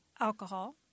alcohol